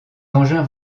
engins